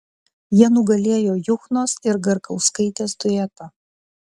jie nugalėjo juchnos ir garkauskaitės duetą